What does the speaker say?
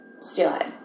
steelhead